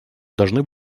должны